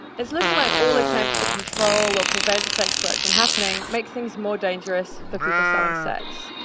it's looking like all attempts to control or prevent sex work from happening makes things more dangerous for people selling sex.